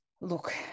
look